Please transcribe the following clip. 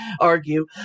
argue